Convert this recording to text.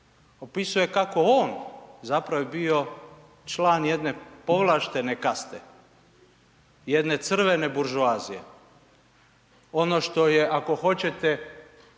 Opisuje kako on zapravo je bio član jedne povlaštene kaste, jedne Crvena buržoazija, ono što je ako hoćete